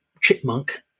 chipmunk